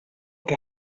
que